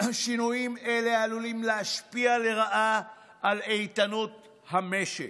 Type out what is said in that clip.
שינויים אלה עלולים להשפיע לרעה על איתנות המשק.